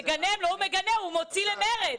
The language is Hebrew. הוא מגנה, הוא מוציא למרד.